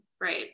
right